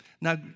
Now